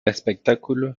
espectáculo